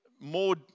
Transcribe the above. more